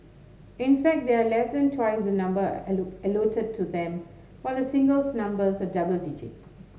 in fact they are less than twice the number to them while the singles numbers are double digit